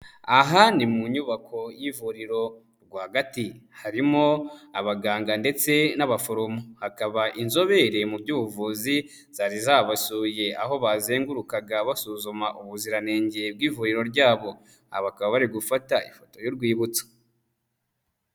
Aha ni mu nyubako y'ivuriro rwagati. Harimo abaganga ndetse n'abaforomo. Hakaba inzobere mu by'ubuvuzi zari zabasuye aho bazengurukaga basuzuma ubuziranenge bw'ivuriro ryabo. Aba bakaba bari gufata ifoto y'urwibutso.